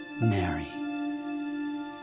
Mary